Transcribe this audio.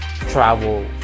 travel